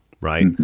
right